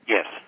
Yes